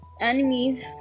enemies